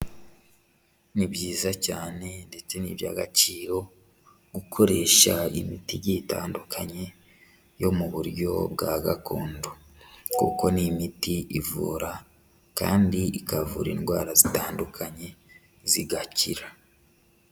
Ni byiza cyane ndetse n'iby'agaciro gukoresha imiti igiye itandukanye yo mu buryo bwa gakondo, kuko ni imiti ivura kandi ikavura indwara zitandukanye zigakira.